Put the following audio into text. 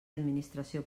administració